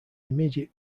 immediate